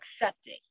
accepting